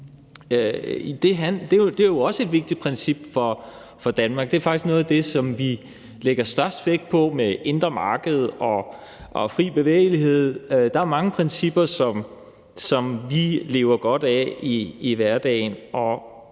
Det er jo også et vigtigt princip for Danmark. Det er faktisk noget af det, som vi lægger størst vægt på i form af det indre marked og den frie bevægelighed. Der er mange principper, som vi lever godt af i hverdagen,